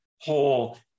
whole